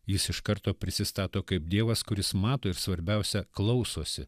jis iš karto prisistato kaip dievas kuris mato ir svarbiausia klausosi